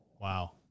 Wow